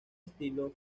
estilo